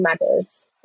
matters